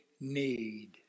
need